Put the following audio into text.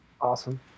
Awesome